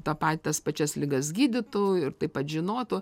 tą patį tas pačias ligas gydytų ir taip pat žinotų